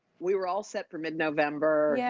we were all set for mid-november, yeah